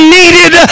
needed